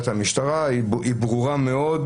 ההגדרה היא קצת מורכבת ולא עד הסוף ברורה,